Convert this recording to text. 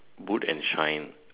boot and shine